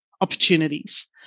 opportunities